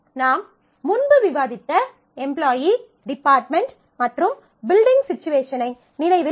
நாம் முன்னர் விவாதித்த எம்ப்லாயீ டிபார்ட்மெண்ட் மற்றும் பில்டிங் சிச்சுவேஷனை நினைவில் கொள்க